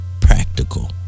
practical